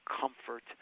comfort